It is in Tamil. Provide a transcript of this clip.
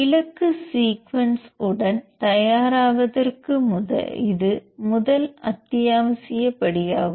இலக்கு சீக்வென்ஸ் உடன் தயாராகுவதற்கு இது முதல் அத்தியாவசிய படியாகும்